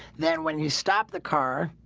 then when you stop the car.